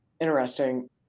Interesting